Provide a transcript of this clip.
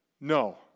no